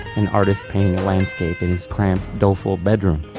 an artist painting a landscape in his cramped doleful bedroom.